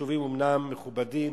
היישובים אומנם מכובדים